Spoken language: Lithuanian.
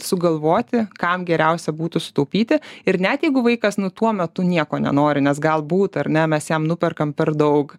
sugalvoti kam geriausia būtų sutaupyti ir net jeigu vaikas nuo tuo metu nieko nenori nes galbūt ar ne mes jam nuperkam per daug